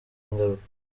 ingaruka